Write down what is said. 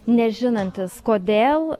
nežinantis kodėl